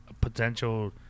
potential